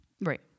Right